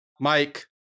mike